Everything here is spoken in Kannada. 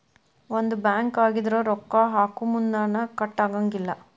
ಒಂದ ಬ್ಯಾಂಕ್ ಆಗಿದ್ರ ರೊಕ್ಕಾ ಹಾಕೊಮುನ್ದಾ ಕಟ್ ಆಗಂಗಿಲ್ಲಾ